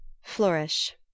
flourish